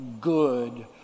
good